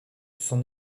son